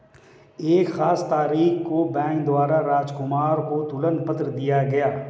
एक खास तारीख को बैंक द्वारा राजकुमार को तुलन पत्र दिया गया